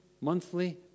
monthly